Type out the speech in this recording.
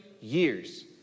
years